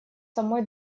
самой